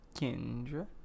Kendra